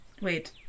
Wait